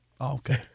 Okay